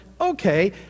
okay